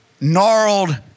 gnarled